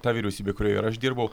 ta vyriausybė kurioj ir aš dirbau